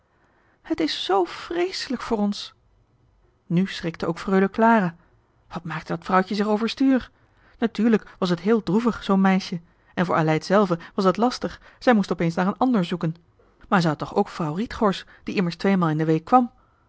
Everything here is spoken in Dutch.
het is z vreeselijk voor ons nu schrikte ook freule clara wat maakte dat vrouwtje zich overstuur natuurlijk was het heel droevig zoo'n meisje en voor aleid zelve was het lastig zij moest opeens naar een ander zoeken maar zij had toch ook vrouw rietgors die immers tweemaal in de week kwam